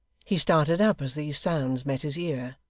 he started up as these sounds met his ear,